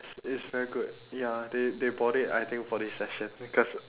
it's it's very good ya they they bought it I think for this session because